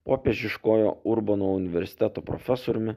popiežiškojo urbono universiteto profesoriumi